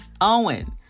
Owen